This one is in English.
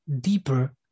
deeper